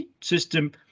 system